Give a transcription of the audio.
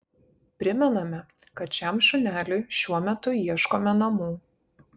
primename kad šiam šuneliui šiuo metu ieškome namų